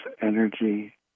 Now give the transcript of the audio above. energy